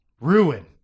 Ruin